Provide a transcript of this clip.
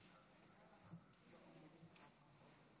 חבר